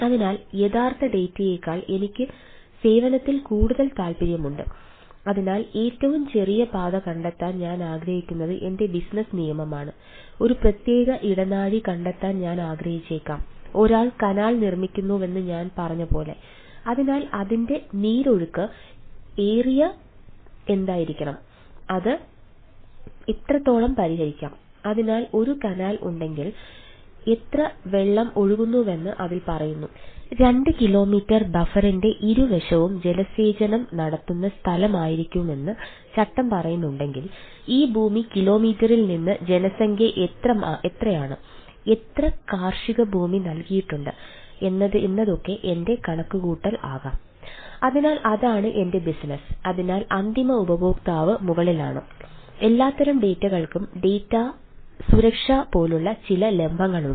അതിനാൽ യഥാർത്ഥ ഡാറ്റ ഇരുവശവും ജലസേചനം നടത്തുന്ന സ്ഥലമായിരിക്കുമെന്ന് ചട്ടം പറയുന്നുണ്ടെങ്കിൽ ഈ രണ്ട് കിലോമീറ്ററിൽ നിന്ന് ജനസംഖ്യ എത്രയാണ് എത്ര കാർഷിക ഭൂമി നൽകിയിട്ടുണ്ട് എന്നതോക്കെ എന്റെ കണക്കുകൂട്ടൽ ആകാം